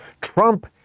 Trump